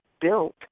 built